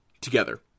together